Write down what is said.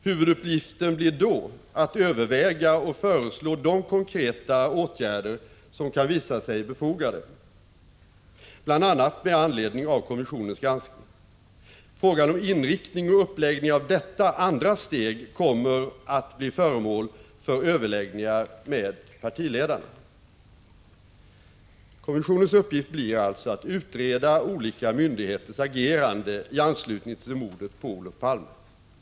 Huvuduppgiften blir då att överväga och föreslå de konkreta åtgärder som kan visa sig befogade, bl.a. med anledning av kommissionens granskning. Frågan om inriktning och uppläggning av detta andra steg kommer att bli föremål för överläggningar med partiledarna. Kommissionens uppgift blir alltså att utreda olika myndigheters agerande i anslutning till mordet på Olof Palme.